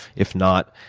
if not.